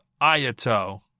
Ayato